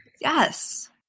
Yes